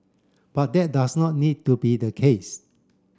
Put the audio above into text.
but that does not need to be the case